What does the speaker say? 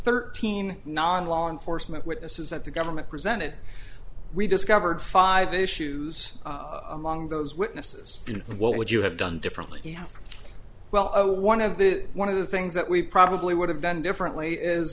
thirteen non law enforcement witnesses that the government presented we discovered five issues among those witnesses what would you have done differently well one of the one of the things that we probably would have done differently is